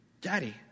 Daddy